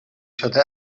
شده